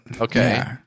okay